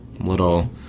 little